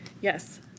Yes